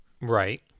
right